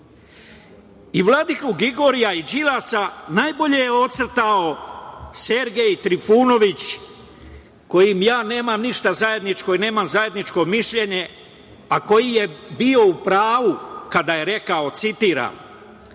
vladiku Gligorija i Đilasa, najbolje je ocrtao Sergej Trifunović, sa kojim ja nemam ništa zajedničko, nemam zajedničko ni mišljenje, a koji je bio u pravu kada je rekao, citiram: